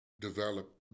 develop